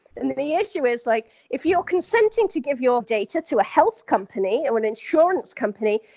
and the the issue is, like, if you're consenting to give your data to a health company or an insurance company,